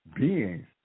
beings